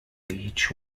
each